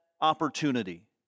opportunity